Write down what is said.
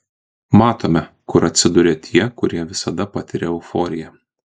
matome kur atsiduria tie kurie visada patiria euforiją